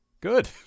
Good